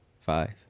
five